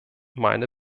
meine